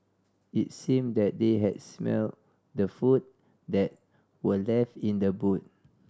it seemed that they had smelt the food that were left in the boot